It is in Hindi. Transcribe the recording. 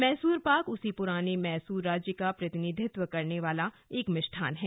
मैसूर पाक उसी पुराने मैसूर राज्य का प्रतिनिधित्व करने वाला एक मिष्ठान है